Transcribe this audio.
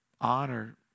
honor